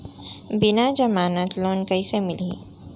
बिना जमानत लोन कइसे मिलही?